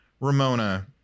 Ramona